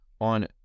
on